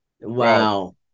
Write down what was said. Wow